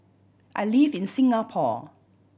I live in Singapore